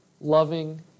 loving